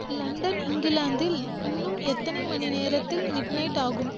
London இங்கிலாந்தில் இன்னும் எத்தனை மணி நேரத்தில் மிட்னைட் ஆகும்